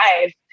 life